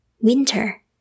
winter